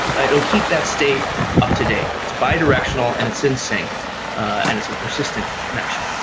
it will keep that state up to date. it's bi-directional and it's in sync and it's a persistent connection.